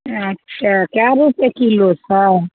अच्छा कए रूपये किलो छै